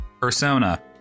Persona